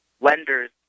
lenders